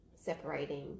separating